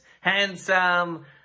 Handsome